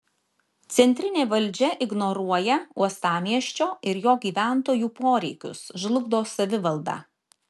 centrinė valdžia ignoruoja uostamiesčio ir jo gyventojų poreikius žlugdo savivaldą